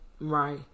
Right